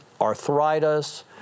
arthritis